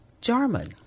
Jarman